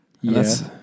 Yes